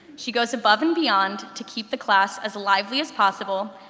she goes above and beyond to keep the class as lively as possible,